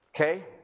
Okay